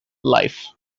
life